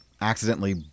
accidentally